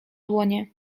dłonie